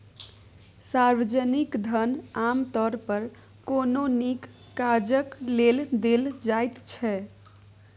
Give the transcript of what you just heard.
सार्वजनिक धन आमतौर पर कोनो नीक काजक लेल देल जाइत छै